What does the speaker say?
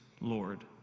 Lord